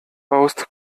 baust